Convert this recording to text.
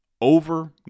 over